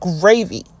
Gravy